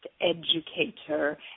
educator